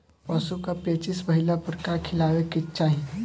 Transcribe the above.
पशु क पेचिश भईला पर का खियावे के चाहीं?